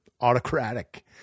autocratic